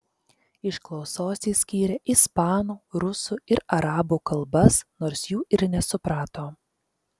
iš klausos jis skyrė ispanų rusų ir arabų kalbas nors jų ir nesuprato